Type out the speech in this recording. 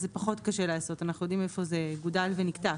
זה פחות קשה לעשות את זה כי אנחנו יודעים איפה זה גודל ונקטף,